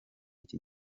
iki